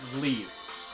leave